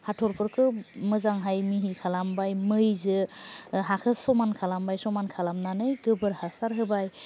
हाथरफोरखौ मोजांहाय मिहि खालामबाय मैजों हाखौ समान खालामबाय समान खालामनानै गोबोर हासार होबाय